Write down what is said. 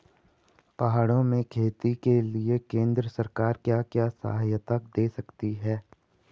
पहाड़ों में खेती के लिए केंद्र सरकार क्या क्या सहायता दें रही है?